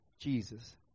Jesus